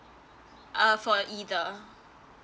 uh for either